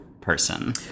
person